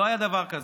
לא היה דבר כזה.